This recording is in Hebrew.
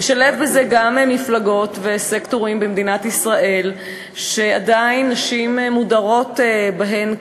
נשלב בזה גם מפלגות וסקטורים במדינת ישראל שעדיין נשים מודרות בהם כליל,